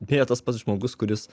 beje tas pats žmogus kuris